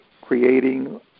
creating